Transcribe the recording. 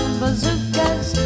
bazookas